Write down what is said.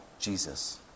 Jesus